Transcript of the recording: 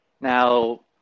now